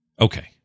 Okay